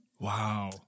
Wow